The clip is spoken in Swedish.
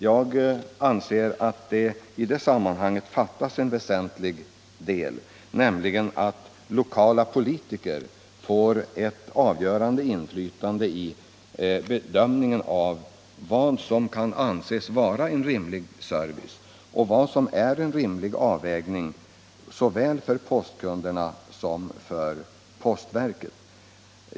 Jag anser att det i det sammanhanget saknas en väsentlig del, nämligen att lokala politiker bör få ett avgörande inflytande vid bedömningen av vad som kan anses vara en rimlig postservicenivå och vad som är en rimlig avvägning såväl för postkunderna som för postverket.